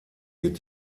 wird